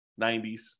90s